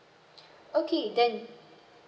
okay then